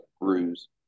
ruse